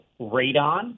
radon